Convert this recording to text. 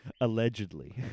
allegedly